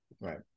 Right